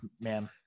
Man